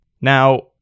Now